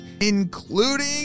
including